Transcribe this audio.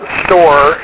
store